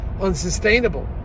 unsustainable